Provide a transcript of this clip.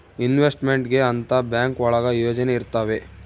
investment ಗೆ ಅಂತ bank ಒಳಗ ಯೋಜನೆ ಇರ್ತವೆ